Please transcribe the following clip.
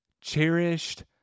cherished